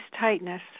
tightness